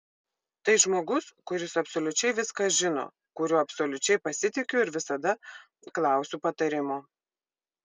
tai žmogus kuris absoliučiai viską žino kuriuo absoliučiai pasitikiu ir visada klausiu patarimo